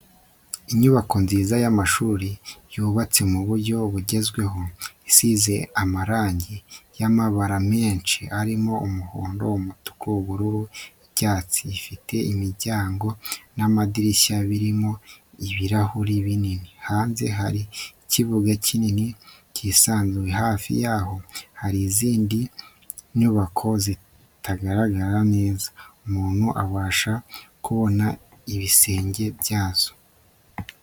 Inyubako nziza y'amashuri yubatse mu buryo bugezweho isize amarangi y'amabara menshi arimo umuhondo, umutuku, ubururu, icyatsi, ifite imiryango n'amadirishya birimo ibirahuri binini, hanze hari ikibuga kinini kisanzuye, hafi yaho hari izindi nyubako zitagaragara neza, umuntu abasha kubona ibisenge byazo.